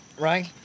right